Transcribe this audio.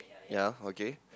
ya okay